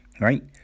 right